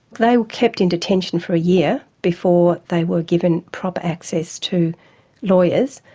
they were kept in detention for a year before they were given proper access to lawyers.